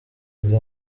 izo